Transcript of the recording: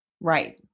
Right